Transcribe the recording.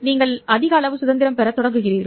நீங்கள் அதிக அளவு சுதந்திரம் பெறத் தொடங்குவீர்கள்